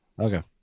Okay